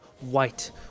white